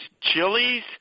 chilies